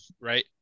right